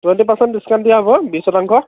twenty percent discount দিয়া হ'ব বিছ শতাংশ